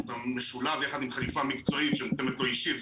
גם משולב יחד עם חליפה מקצועית שמותאמת לו אישית.